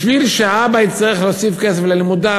בשביל שהאבא יצטרך להוסיף כסף ללימודיו